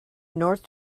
north